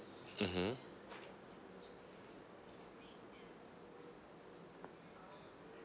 mmhmm